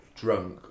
Drunk